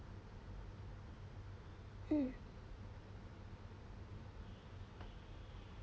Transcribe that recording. mm